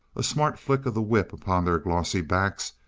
a smart flick of the whip upon their glossy backs,